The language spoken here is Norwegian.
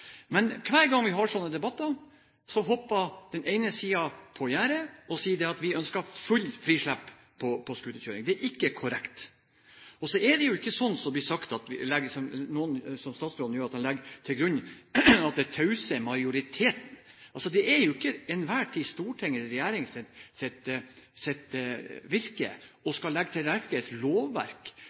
Men hver gang vi har sånne debatter, hopper den ene siden på gjerdet og sier at vi ønsker fullt frislipp på scooterkjøring. Det er ikke korrekt. Så er det ikke sånn som det blir sagt, som statsråden gjør, at han legger til grunn at det er den tause majoriteten – altså, tilligger ikke Stortinget eller regjeringens virke til enhver tid å skulle legge til rette for et lovverk